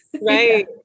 Right